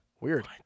Weird